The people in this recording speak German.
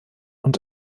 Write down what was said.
und